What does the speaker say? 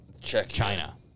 China